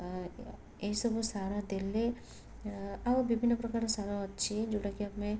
ଅ ଏଇସବୁ ସାର ଦେଲେ ଆଉ ବିଭିନ୍ନ ପ୍ରକାର ସାର ଅଛି ଯେଉଁଟାକି ଆମେ